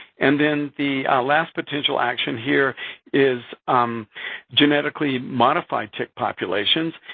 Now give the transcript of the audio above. and then, the last potential action here is genetically modified tick populations,